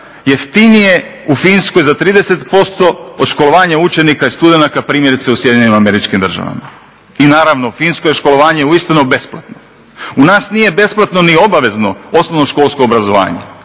jeftinije u Finskoj za 30% od školovanja učenika i studenata primjerice u Sjedinjenim Američkim Državama. I naravno, u Finskoj je školovanje uistinu besplatno. U nas nije besplatno ni obavezno osnovnoškolsko obrazovanje,